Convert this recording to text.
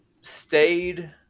stayed